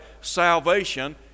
salvation